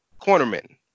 cornermen